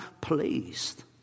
pleased